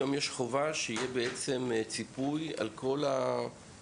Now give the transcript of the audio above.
היום ישנה חובה שיהיה ציפוי על כל המתקן,